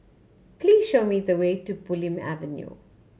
please show me the way to Bulim Avenue